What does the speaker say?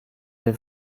der